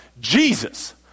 Jesus